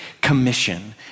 Commission